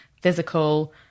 physical